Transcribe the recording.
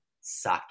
sake